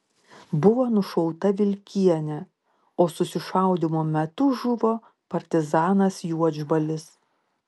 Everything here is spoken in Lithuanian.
buvo nušauta vilkienė o susišaudymo metu žuvo partizanas juodžbalis